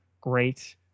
great